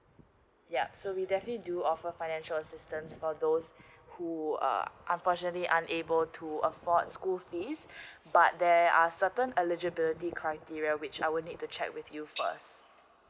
ya so we definitely do offer financial assistance for those who are unfortunately unable to afford school fees but there are certain eligibility criteria which I will need to check with you for us